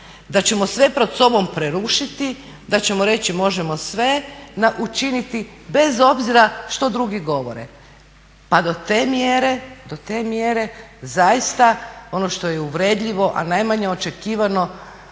da ćemo sve pred sobom prerušiti, da ćemo reći možemo sve učiniti bez obzira što drugi govore, pa do te mjere zaista ono što je uvredljivo, a najmanje očekivano